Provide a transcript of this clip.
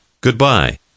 goodbye